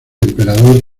emperador